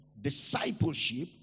discipleship